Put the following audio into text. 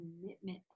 commitment